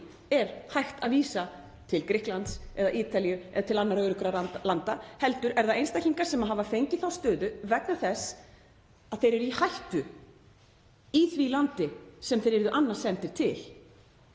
er hægt að vísa til Grikklands, Ítalíu eða annarra öruggra landa, heldur eru það einstaklingar sem hafa fengið þá stöðu vegna þess að þeir eru í hættu í því landi sem þeir yrðu annars sendir til.